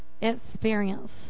experience